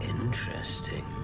Interesting